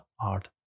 hard